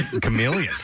chameleon